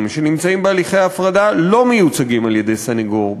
שנמצאים בהליכי הפרדה לא מיוצגים על-ידי סנגור.